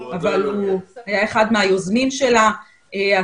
אבל הוא היה אחד מהיוזמים של הסרטון.